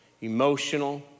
emotional